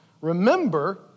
remember